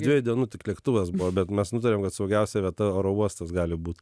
dviejų dienų lėktuvas buvo bet mes nutarėm kad saugiausia vieta oro uostas gali būt